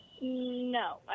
No